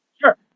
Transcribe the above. sure